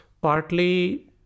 Partly